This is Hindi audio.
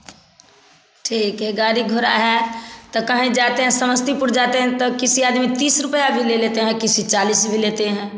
ठीक है गाड़ी घोड़ा है तो कहीं जाते हैं समस्तीपुर जाते हैं तो किसी आदमी तीस रुपया भी ले लेते हैं किसी चालीस भी लेते हैं